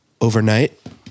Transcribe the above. Overnight